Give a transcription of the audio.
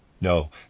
No